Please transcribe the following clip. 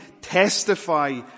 testify